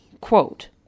Quote